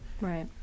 right